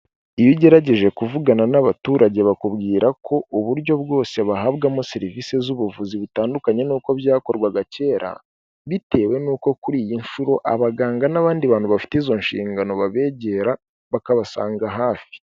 Iyo ugerageje kuvugana n'abaturage bakubwira ko uburyo bwose bahabwamo serivisi z'ubuvuzi butandukanye n'uko byakorwaga kera, bitewe n'uko kuri iyi nshuro abaganga n'abandi bantu bafite izo nshingano babegera, bakabasanga hafi.